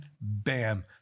bam